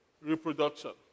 reproduction